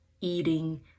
eating